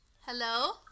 Hello